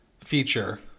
feature